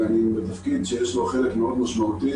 ואני בתפקיד שיש לו חלק מאוד משמעותי.